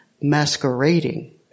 masquerading